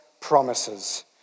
promises